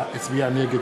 נגד